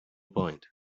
point